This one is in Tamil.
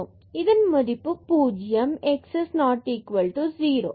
இதன் மதிப்பு பூஜ்யம் x is not equal to 0